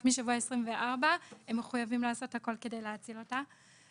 רק משבוע 24 חייבים לעשות הכול כדי להציל אותה.